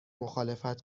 مخالفت